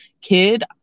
kid